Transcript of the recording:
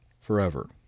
forever